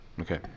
okay